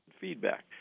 feedback